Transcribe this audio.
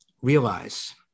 realize